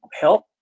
help